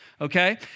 Okay